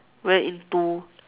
very into